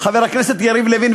חבר הכנסת יריב לוין,